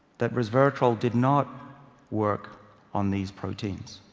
that resveratrol did not work on these proteins.